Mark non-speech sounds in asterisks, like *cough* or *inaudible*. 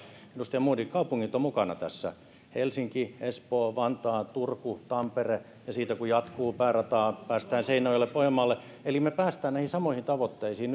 edustaja modig kaupungit ovat mukana tässä helsinki espoo vantaa turku tampere ja siitä kun jatketaan päärataa päästään seinäjoelle pohjanmaalle eli me pääsemme näihin samoihin tavoitteisiin *unintelligible*